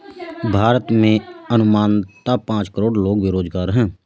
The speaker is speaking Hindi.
भारत में अनुमानतः पांच करोड़ लोग बेरोज़गार है